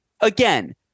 again